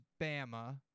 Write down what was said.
Bama